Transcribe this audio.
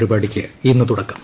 പരിപാടിയ്ക്ക് ഇന്ന് തുടക്കം